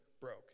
broke